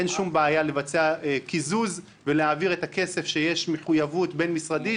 אין שום בעיה לבצע קיזוז ולהעביר את הכסף כשיש מחויבות בין-משרדית